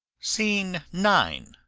scene nine.